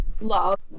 love